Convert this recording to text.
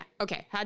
Okay